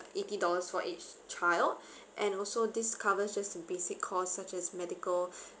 eighty dollars for each child and also this cover just basic cost such as medical